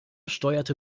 steuerte